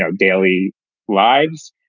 so daily lives.